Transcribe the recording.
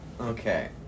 Okay